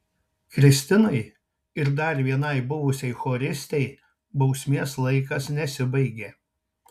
kristinai ir dar vienai buvusiai choristei bausmės laikas nesibaigė